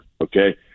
okay